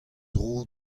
dro